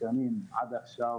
שנים וחצי עד עכשיו